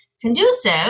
conducive